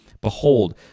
Behold